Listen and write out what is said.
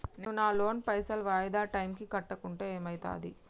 నేను నా లోన్ పైసల్ వాయిదా టైం కి కట్టకుంటే ఏమైతది?